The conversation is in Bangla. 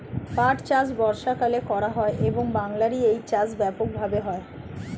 পাট চাষ বর্ষাকালে করা হয় এবং বাংলায় এই চাষ ব্যাপক ভাবে হয়